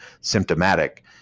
symptomatic